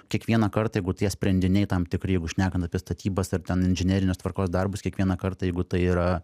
kiekvieną kartą jeigu tie sprendiniai tam tikri jeigu šnekant apie statybas ar ten inžinerinės tvarkos darbus kiekvieną kartą jeigu tai yra